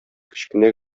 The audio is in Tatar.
кечкенә